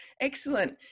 Excellent